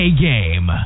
A-game